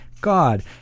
god